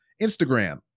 Instagram